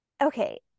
Okay